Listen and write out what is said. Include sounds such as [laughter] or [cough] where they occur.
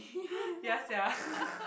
[breath] ya sia [laughs]